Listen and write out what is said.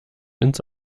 ins